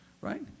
right